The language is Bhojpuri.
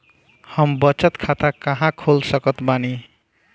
हम बचत खाता कहां खोल सकत बानी?